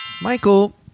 Michael